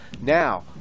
now